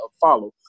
follow